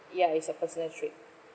ya it's a personal trip